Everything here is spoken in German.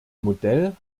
modell